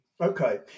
Okay